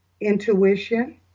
intuition